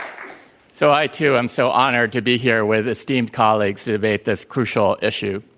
so i, too, am so honored to be here with esteemed colleagues to debate this crucial issue.